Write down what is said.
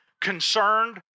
concerned